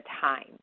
time